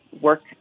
work